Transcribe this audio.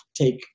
take